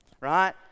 right